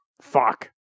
Fuck